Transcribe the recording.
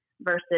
versus